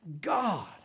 God